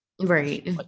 right